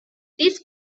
these